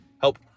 help